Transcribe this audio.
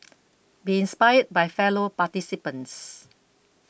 be inspired by fellow participants